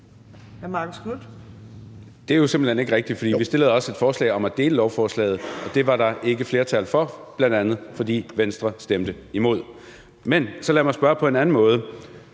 Det er jo simpelt hen ikke rigtigt, for vi stillede også et forslag om at dele lovforslaget, og det var der ikke flertal for, bl.a. fordi Venstre stemte imod. Men så lad mig spørge på en anden måde.